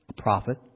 prophet